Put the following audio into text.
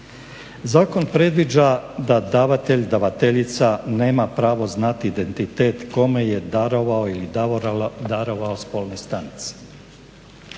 Zakon predviđa da davatelj-davateljica nema pravo znati identitet kome je darovala ili darovao spolne stanice.